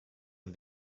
ein